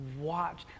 watch